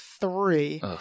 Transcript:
three